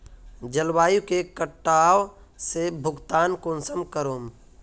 जलवायु के कटाव से भुगतान कुंसम करूम?